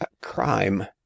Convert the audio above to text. crime